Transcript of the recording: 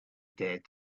dared